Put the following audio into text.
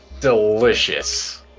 Delicious